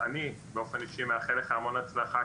אני באופן אישי מאחל לך המון בהצלחה,